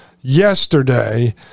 yesterday